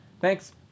Thanks